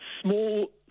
small